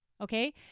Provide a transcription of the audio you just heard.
Okay